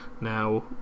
Now